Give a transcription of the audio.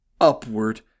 upward